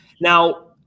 Now